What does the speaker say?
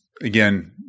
again